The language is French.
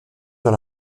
dans